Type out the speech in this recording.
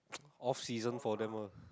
off season for them ah